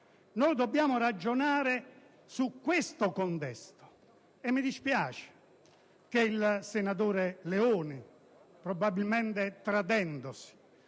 Noi dobbiamo ragionare su questo contesto e mi dispiace che il senatore Leoni, probabilmente tradendosi,